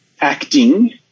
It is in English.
acting